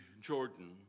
Jordan